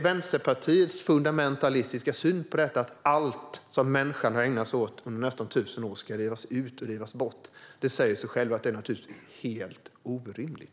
Vänsterpartiets fundamentalistiska syn att allt som människan har ägnat sig åt under nästan 1 000 år ska rivas ut och rivas bort är helt orimlig - det säger sig självt.